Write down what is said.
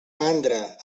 mandra